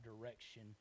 direction